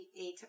eight